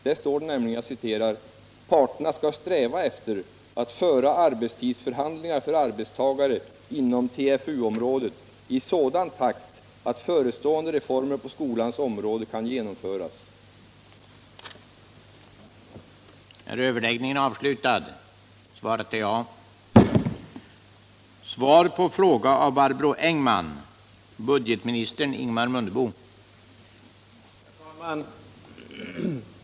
Där står det nämligen: ”Parterna ska sträva efter att föra arbetstidsförhandlingar för arbetstagare inom TFU-området i sådan takt att förestående reformer på skolans område kan genomföras.” § 8 Om innebörden av uttalande angående uppskjutande av vissa — Nr 39 kostnadskrävande reformer Fredagen den 2 december 1977 Budgetministern INGEMAR MUNDEBO erhöll ordet för att besvara i Barbro Engmans den 10 november anmälda fråga, 1977/78:137, till Om innebörden av arbetsmarknadsministern, och anförde: uttalande angående Herr talman!